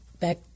back